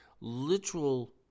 literal